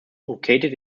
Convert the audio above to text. located